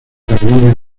aerolínea